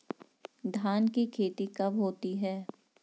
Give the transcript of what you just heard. धान की खेती कब होती है?